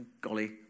golly